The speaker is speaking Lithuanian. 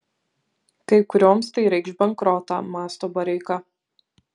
kai kurioms tai reikš bankrotą mąsto bareika